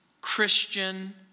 Christian